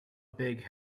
big